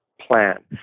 plan